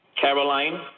Caroline